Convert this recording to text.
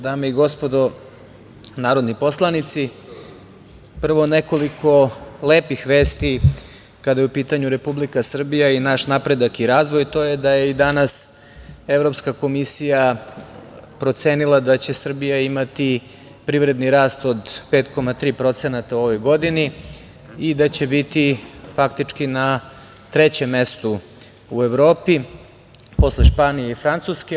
Dame i gospodo narodni poslanici, prvo nekoliko lepih vesti kada je u pitanju Republika Srbija i naš napredak i razvoj, to je da je i danas Evropska komisija procenila da će Srbija imati privredni rast od 5,3% u ovoj godini i da će biti faktički na trećem mestu u Evropi posle Španije i Francuske.